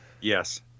Yes